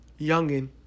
youngin